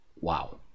Wow